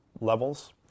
levels